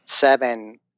seven